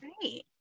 Great